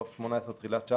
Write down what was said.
בתחילת 2019,